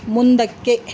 ಮುಂದಕ್ಕೆ